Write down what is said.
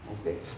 okay